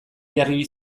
jarri